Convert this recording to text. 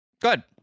good